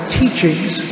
teachings